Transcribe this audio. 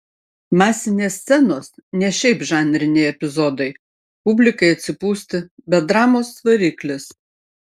masinės scenos ne šiaip žanriniai epizodai publikai atsipūsti bet dramos variklis